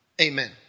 Amen